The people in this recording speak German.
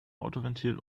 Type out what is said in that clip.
autoventil